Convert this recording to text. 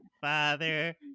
father